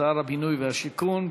שר הבינוי והשיכון,